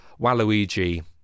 Waluigi